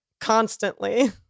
constantly